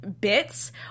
bits